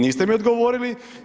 Niste mi odgovorili.